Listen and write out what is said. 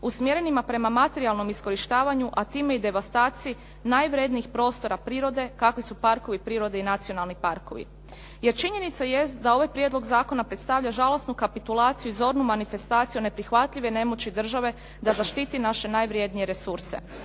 usmjerenima prema materijalnom iskorištavanju a time i devastaciji najvrjednijih prostora prirode kakvi su parkovi prirode i nacionalni parkovi jer činjenica jest da ovaj prijedlog zakona predstavlja žalosnu kapitulaciju i zornu manifestaciju neprihvatljive nemoći države da zaštiti naše najvrjednije resurse